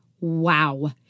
Wow